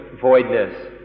voidness